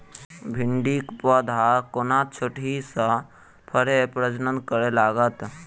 भिंडीक पौधा कोना छोटहि सँ फरय प्रजनन करै लागत?